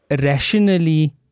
rationally